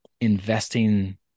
investing